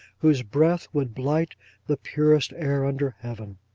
whose breath would blight the purest air under heaven.